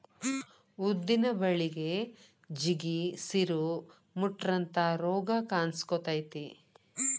ಉದ್ದಿನ ಬಳಿಗೆ ಜಿಗಿ, ಸಿರು, ಮುಟ್ರಂತಾ ರೋಗ ಕಾನ್ಸಕೊತೈತಿ